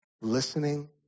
listening